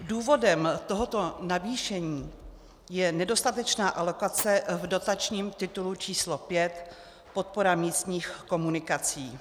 Důvodem tohoto navýšení je nedostatečná alokace v dotačním titulu č. 5 podpora místních komunikací.